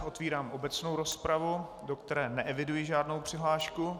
Otvírám obecnou rozpravu, do které neeviduji žádnou přihlášku.